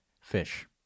fish